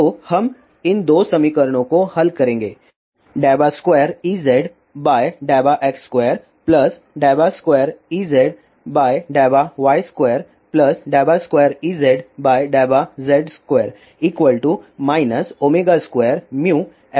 तो हम इन दो समीकरणों को हल करेंगे 2Ezx2 2Ezy22Ezz2 2μϵEz